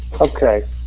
Okay